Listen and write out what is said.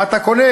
מה אתה קונה.